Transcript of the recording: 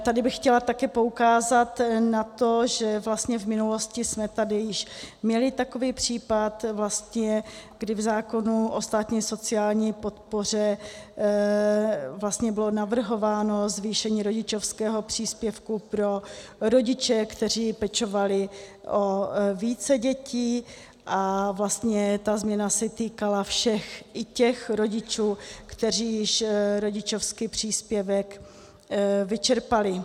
Tady bych chtěla taky poukázat na to, že vlastně v minulosti jsme tady již měli takový případ, kdy v zákonu o státní sociální podpoře bylo navrhováno zvýšení rodičovského příspěvku pro rodiče, kteří pečovali o více dětí, a ta změna se týkala všech, i těch rodičů, kteří již rodičovský příspěvek vyčerpali.